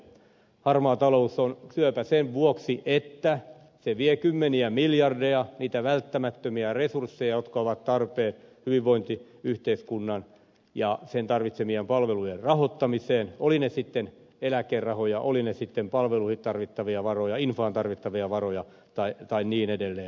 harmaa talous on syöpä sen vuoksi että se vie kymmeniä miljardeja niitä välttämättömiä resursseja jotka ovat tarpeen hyvinvointiyhteiskunnan ja sen tarvitse mien palvelujen rahoittamiseen olivat ne sitten eläkerahoja olivat ne sitten palveluihin tarvittavia varoja infraan tarvittavia varoja ja niin edelleen